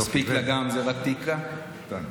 מספיק לה גם אם זה רק תיק, קטן.